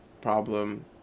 problem